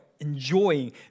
enjoying